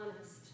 honest